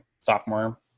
Sophomore